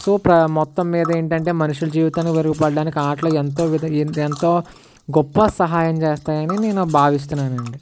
so మొత్తం మీద ఏంటి అంటే మనుషుల జీవితాన్ని మెరుగుపడడానికి ఆటలు ఎంతో విద ఎన్ ఎంతో గొప్ప సహాయం చేస్తాయి అని నేను భావిస్తున్నాను అండి